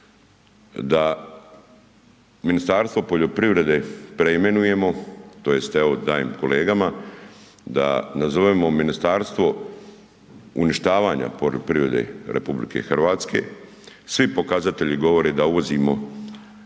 da Ministarstvo poljoprivrede preimenujemo tj. evo, dajem kolegama da nazovemo ministarstvo uništavanja poljoprivrede RH, svi pokazatelji govore da uvozimo